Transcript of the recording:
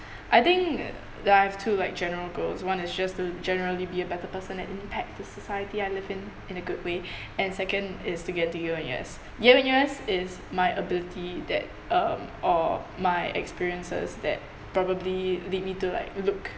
I think I have two like general goals one is just a generally be a better person and impact to society I live in in a good way and second is to get into yale N_U_S yale N_U_S is my ability that um or my experiences that probably lead me to like look